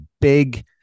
big